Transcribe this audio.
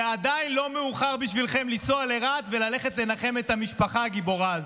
ועדיין לא מאוחר בשבילכם לנסוע לרהט וללכת לנחם את המשפחה הגיבורה הזאת.